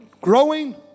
growing